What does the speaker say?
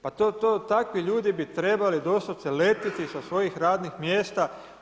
Pa to, to, takvi ljudi bi trebali doslovce letiti sa svojih radnih mjesta.